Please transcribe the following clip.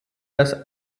das